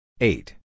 Eight